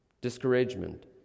discouragement